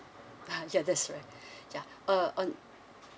ah ya that's right ya uh um